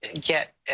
get